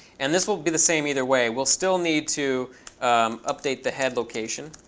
and this will be the same either way. we'll still need to update the head location.